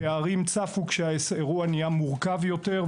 הפערים צפו כשהאירוע נהיה מורכב יותר,